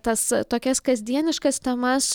tas tokias kasdieniškas temas